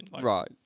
Right